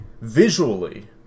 visually